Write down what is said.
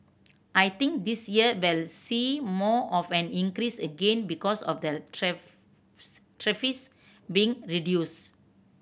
I think this year we'll see more of an increase again because of the being reduced